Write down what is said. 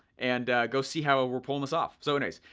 and go see how ah we're pulling this off, so anyways.